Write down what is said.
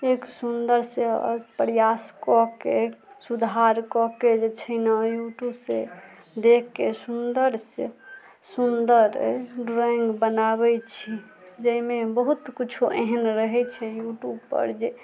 एक सुन्दर से प्रयास कऽ के सुधार कऽ के जे छै ने यूट्यूब से देखके सुन्दर से सुन्दर ड्रॉइंग बनाबै छी जाहिमे बहुत किछो एहन रहै छै यूट्यूब पर जे